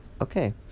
Okay